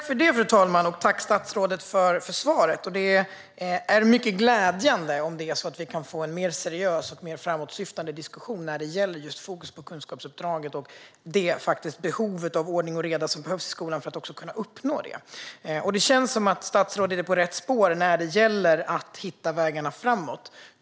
Fru talman! Tack, statsrådet, för svaret! Det är mycket glädjande om vi kan få en mer seriös och mer framåtsyftande diskussion när det gäller just fokus på kunskapsuppdraget. Det behövs ordning och reda i skolan för att man ska kunna uppnå det. Det känns som att statsrådet är på rätt spår när det gäller att hitta vägarna framåt.